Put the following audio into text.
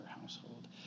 household